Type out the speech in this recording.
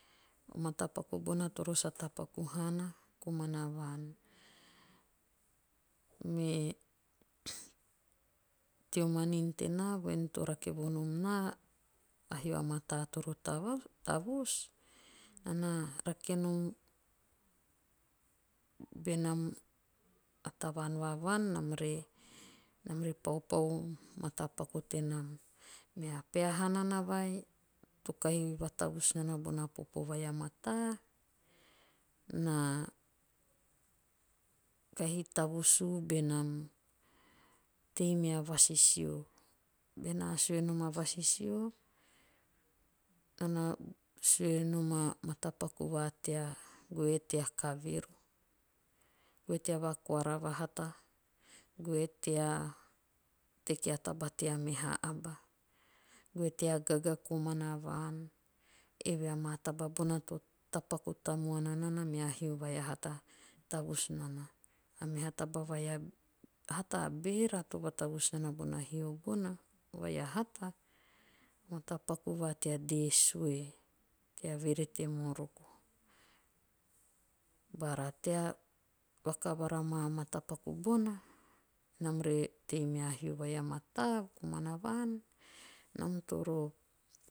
Matapaku boan toro sa tapaku haana komana vaan. Me teo manin tenaa vvoen to rake vonom naa paupau o matapaku tenam. Mea peha hanana vai to kahi vatavus nana bona popo vai a mataa. na kai tavus ubenam tei mea vasisio. Benaa sue nom a vasisio. naa na sue nom a mata paku va tea goe tea kaveru. goe tea vakoara va hata. goe tea teki a taba tea meha aba. goe tea gaga komana vaan. Eve a maa tababona to tapaku tamuana nanaa mea hio vai a hata tavus nana. A meha taba vai a hata a beera to vatavus nana bona hio bona. vai hata. a matapaku va tea dee sue. tea verete moroko. Bara tea vakkavara bona maa matapaku bona. nam re tei mea hio vai a mataa komana vaan. nam toro